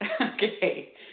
Okay